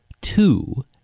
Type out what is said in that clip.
two